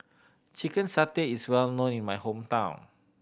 chicken satay is well known in my hometown